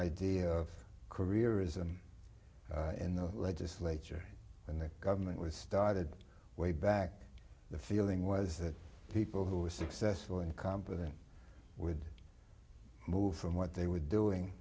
idea of career ism in the legislature and the government was started way back the feeling was that people who were successful and competent would move from what they were doing